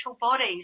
bodies